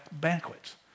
banquets